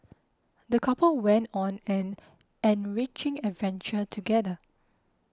the couple went on an enriching adventure together